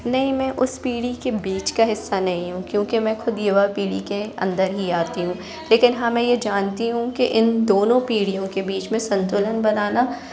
नहीं मैं उस पीढ़ी के बीच का हिस्सा नहीं हूँ क्योंकि मैं खुद युवा पीढ़ी के अन्दर ही आती हूँ लेकिन हाँ मैं यह जानती हूँ कि इन दोनों पीढ़ियों के बीच में संतुलन बनाना